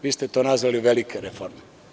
Vi ste to nazvali velike reforme.